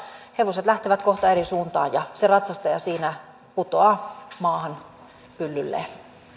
hevoset lähtevät kohta eri suuntaan ja se ratsastaja siinä putoaa maahan pyllylleen